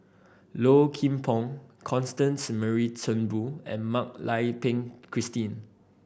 Low Kim Pong Constance Mary Turnbull and Mak Lai Peng Christine